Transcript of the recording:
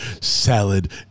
salad